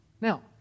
Now